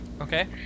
Okay